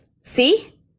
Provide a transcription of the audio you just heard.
see